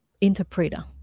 interpreter